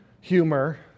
humor